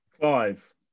Five